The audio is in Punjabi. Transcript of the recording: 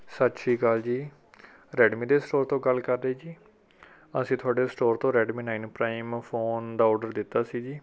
ਸਤਿ ਸ਼੍ਰੀ ਅਕਾਲ ਜੀ ਰੈਡਮੀ ਦੇ ਸਟੋਰ ਤੋਂ ਗੱਲ ਕਰ ਰਹੇ ਜੀ ਅਸੀਂ ਤੁਹਾਡੇ ਸਟੋਰ ਤੋਂ ਰੈਡਮੀ ਨਾਈਨ ਪਰਾਈਮ ਫੋਨ ਦਾ ਓਡਰ ਦਿੱਤਾ ਸੀ ਜੀ